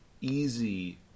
easy